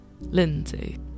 Lindsay